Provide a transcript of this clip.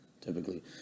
typically